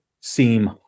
seem